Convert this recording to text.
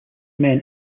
men